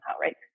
right